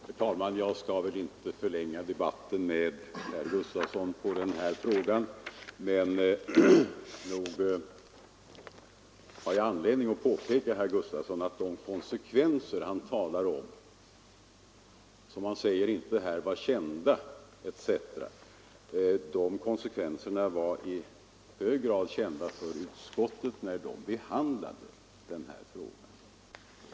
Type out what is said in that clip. Herr talman! Jag skall inte förlänga debatten med herr Gustavsson i Alvesta i den här frågan, men nog finns det anledning påpeka att de konsekvenser herr Gustavsson talar om — som han säger inte var kända — var i hög grad kända för utskottet vid behandlingen av ärendet.